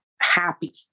happy